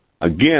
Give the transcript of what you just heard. Again